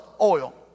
oil